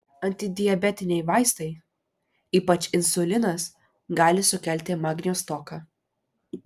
antidiabetiniai vaistai ypač insulinas gali sukelti magnio stoką